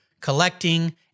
collecting